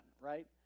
right